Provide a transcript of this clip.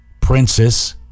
princess